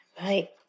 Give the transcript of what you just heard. Right